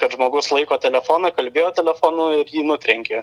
kad žmogus laiko telefoną kalbėjo telefonu ir jį nutrenkė